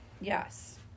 Yes